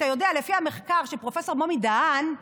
אתה יודע, לפי המחקר של פרופ' מומי דהן,